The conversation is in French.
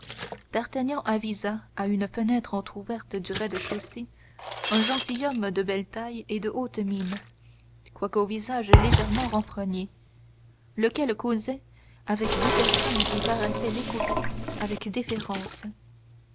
d'artagnan avisa à une fenêtre entrouverte du rez-de-chaussée un gentilhomme de belle taille et de haute mine quoique au visage légèrement renfrogné lequel causait avec deux personnes qui paraissaient l'écouter avec déférence